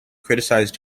criticized